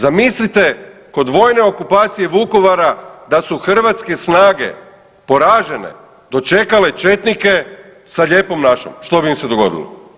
Zamislite kod vojne okupacije Vukovara da su hrvatske snage poražene dočekale četnike sa „Lijepom našom“ što bi im se dogodilo.